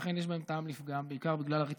שאכן יש בהם טעם לפגם, בעיקר בגלל הרציפות.